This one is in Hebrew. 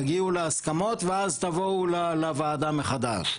תגיעו להסכמות ואז תבואו לוועדה מחדש.